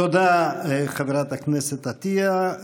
תודה, חברת הכנסת עטייה.